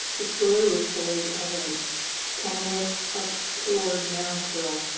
the story is told of a tumulus up toward moundsville,